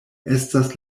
estas